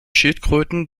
schildkröten